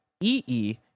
EE